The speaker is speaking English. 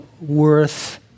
worth